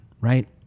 right